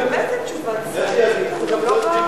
הם עוד לא יודעים את הנאום.